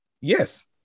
Yes